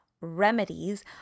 remedies